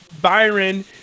Byron